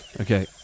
Okay